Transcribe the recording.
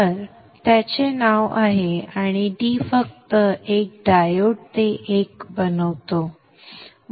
तर त्याचे नाव आहे आणि d फक्त एक डायोड ते 1 बनवतो